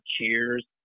cheers